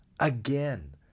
Again